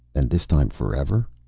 and this time forever.